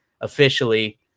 officially